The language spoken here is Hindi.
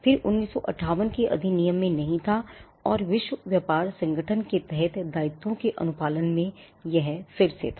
यह 1958 के अधिनियम में नहीं था और विश्व व्यापार संगठन के तहत दायित्वों के अनुपालन में यह फिर से था